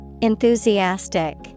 Enthusiastic